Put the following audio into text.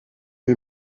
est